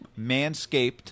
Manscaped